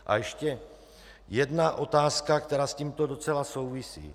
A ještě jedna otázka, která s tímto docela souvisí.